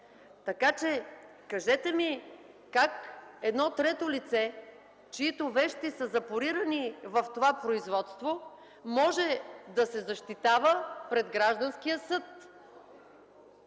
така че кажете ми как едно трето лице, чиито вещи са запорирани в това производство, може да се защитава пред гражданския съд?